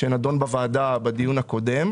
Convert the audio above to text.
שנדון בוועדה בדיון הקודם.